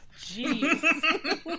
Jeez